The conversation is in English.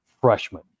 freshman